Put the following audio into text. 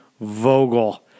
Vogel